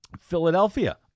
Philadelphia